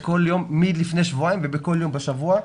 מלפני שבועיים ובכל יום בשבוע,